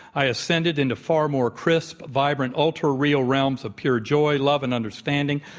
i ascended into far more crisp, vibrant, ultra real realms of pure joy, love, and understanding,